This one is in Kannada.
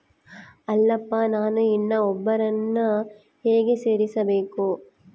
ಅಲ್ಲಪ್ಪ ನಾನು ಇನ್ನೂ ಒಬ್ಬರನ್ನ ಹೇಗೆ ಸೇರಿಸಬೇಕು?